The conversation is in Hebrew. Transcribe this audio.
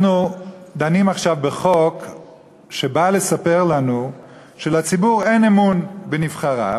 אנחנו דנים עכשיו בחוק שבא לספר לנו שלציבור אין אמון בנבחריו,